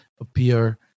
appear